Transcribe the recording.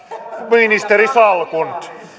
ministerisalkut